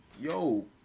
Yo